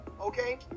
okay